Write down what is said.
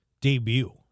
debut